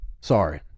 Sorry